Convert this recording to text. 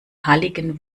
halligen